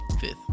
fifth